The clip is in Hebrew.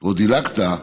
או דילגת עליו.